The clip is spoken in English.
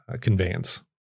conveyance